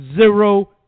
zero